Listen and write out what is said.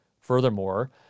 Furthermore